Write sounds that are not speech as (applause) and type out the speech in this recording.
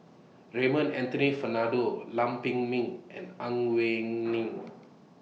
Raymond Anthony Fernando Lam Pin Min and Ang Wei (noise) Neng